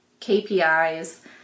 KPIs